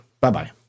Bye-bye